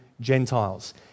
Gentiles